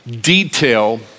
detail